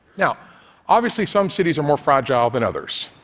now obviously, some cities are more fragile than others.